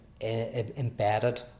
embedded